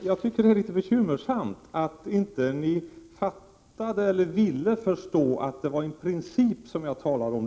Herr talman! Jag tycker att det är litet bekymmersamt att ni inte fattade eller inte ville förstå att det var en princip som jag talade om.